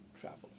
travel